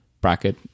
bracket